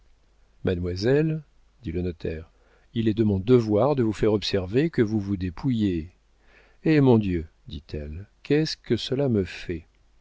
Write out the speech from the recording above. mademoiselle dit le notaire il est de mon devoir de vous faire observer que vous vous dépouillez eh mon dieu dit-elle qu'est-ce que cela me fait